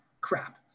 crap